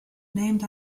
named